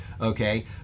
okay